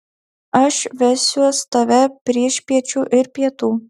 aš vesiuos tave priešpiečių ir pietų